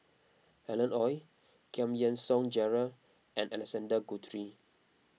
Alan Oei Giam Yean Song Gerald and Alexander Guthrie